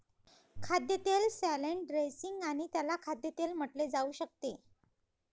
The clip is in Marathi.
खाद्यतेल सॅलड ड्रेसिंग आणि त्याला खाद्यतेल म्हटले जाऊ शकते